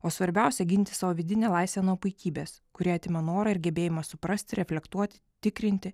o svarbiausia ginti savo vidinę laisvę nuo puikybės kuri atima norą ir gebėjimą suprasti reflektuoti tikrinti